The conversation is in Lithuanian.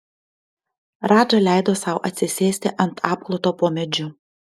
radža leido sau atsisėsti ant apkloto po medžiu